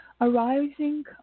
arising